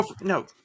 No